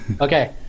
Okay